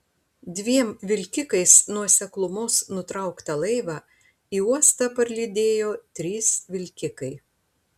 dviem vilkikais nuo seklumos nutrauktą laivą į uostą parlydėjo trys vilkikai